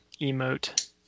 emote